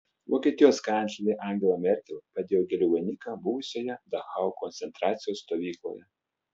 vokietijos kanclerė angela merkel padėjo gėlių vainiką buvusioje dachau koncentracijos stovykloje